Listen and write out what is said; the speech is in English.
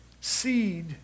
seed